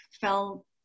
fell